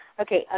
okay